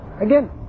Again